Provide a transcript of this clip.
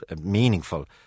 meaningful